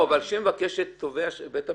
כשהיא מבקשת מומחה של בית המשפט,